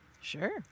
Sure